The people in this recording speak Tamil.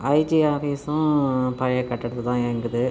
ஐடி ஆஃபீஸும் பழைய கட்டிடத்தில் தான் இயங்குது